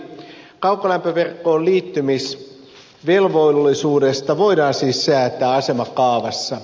kaukolämpöverkkoon liittymisvelvollisuudesta voidaan siis säätää asemakaavassa